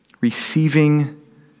Receiving